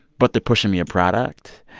but they're pushing me a product.